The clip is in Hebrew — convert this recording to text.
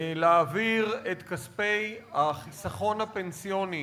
להעביר את כספי החיסכון הפנסיוני